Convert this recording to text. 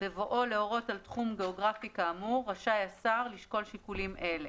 בבואו להורות על תחום גאוגרפי כאמור רשאי השר לשקול שיקולים אלה: